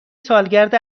سالگرد